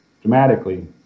dramatically